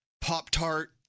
Pop-Tart